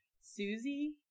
Susie